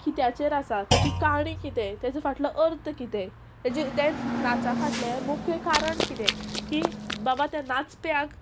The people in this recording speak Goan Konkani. कित्याचेर आसा ताची काणी कितें ताचो फाटलो अर्थ कितें ताजें तें नाचा फाटलें हें मुख्य कारण कितें की बाबा तें नाचप्याक